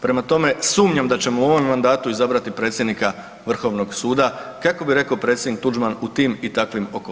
Prema tome, sumnjam da ćemo u ovom mandatu izabrati predsjednika Vrhovnog suda kako bi rekao predsjednik Tuđman u tim i takvim okolnostima.